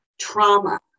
trauma